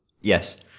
Yes